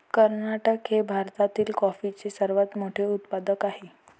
कर्नाटक हे भारतातील कॉफीचे सर्वात मोठे उत्पादक आहे